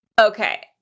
Okay